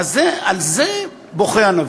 על זה בוכה הנביא,